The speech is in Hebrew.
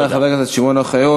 תודה רבה לחבר הכנסת שמעון אוחיון.